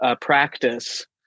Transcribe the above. practice